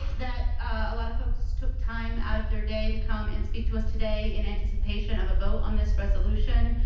that a lot of folks took time out of the day to come and speak to us today in anticipation of a vote on this resolution.